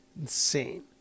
insane